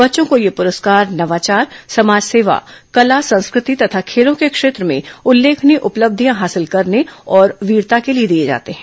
बच्चों को ये पुरस्कार नवाचार समाज सेवा कला संस्कृति तथा खेलों के क्षेत्र में उल्लेखनीय उपलब्धियां हासिल करने और वीरता के लिए दिये जाते हैं